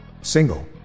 Single